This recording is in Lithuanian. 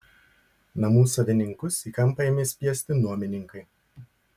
namų savininkus į kampą ėmė spiesti nuomininkai